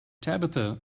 tabitha